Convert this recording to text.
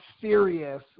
serious